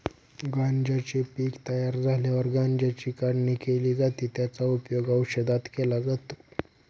गांज्याचे पीक तयार झाल्यावर गांज्याची काढणी केली जाते, त्याचा उपयोग औषधात केला जातो